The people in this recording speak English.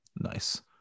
nice